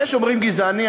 יש אומרים גזעני,